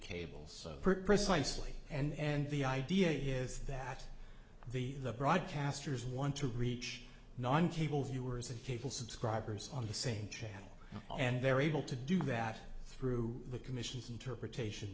cable so precisely and the idea is that the the broadcasters want to reach non cable viewers and cable subscribers on the same channel and they're able to do that through the commission's interpretation